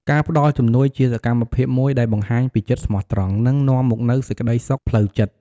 ការផ្តល់ជំនួយ ជាសកម្មភាពមួយដែលបង្ហាញពីចិត្តស្មោះត្រង់ និងនាំមកនូវសេចក្តីសុខផ្លូវចិត្ត។